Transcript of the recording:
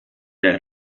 der